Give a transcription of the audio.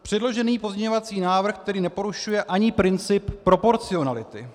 Předložený pozměňovací návrh tedy neporušuje ani princip proporcionality.